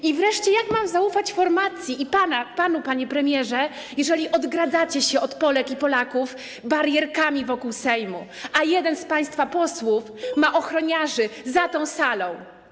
I wreszcie pytanie: Jak mam zaufać formacji i panu, panie premierze, jeżeli odgradzacie się od Polek i Polaków barierkami wokół Sejmu, a jeden z państwa posłów ma ochroniarzy za tą salą?